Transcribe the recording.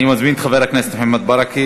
אני מזמין את חבר הכנסת מוחמד ברכה